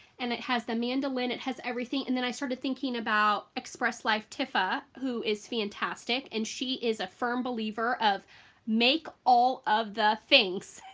and it has the mandolin it has everything. and then i started thinking about xpresslifetifa tifa, who is fantastic, and she is a firm believer of make all of the things.